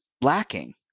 lacking